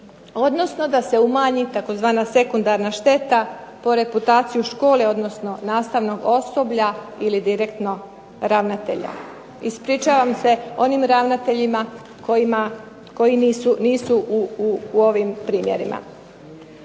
odnosno da se umanji tzv. sekundarna šteta po reputaciju škole odnosno nastavnog osoblja ili direktno ravnatelja. Ispričavam se onim ravnateljima koji nisu u ovim primjerima.